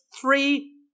three